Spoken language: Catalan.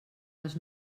les